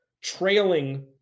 trailing